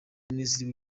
minisitiri